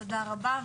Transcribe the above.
תודה רבה.